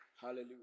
Hallelujah